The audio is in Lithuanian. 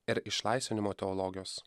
ir išlaisvinimo teologijos